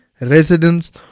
residents